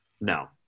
no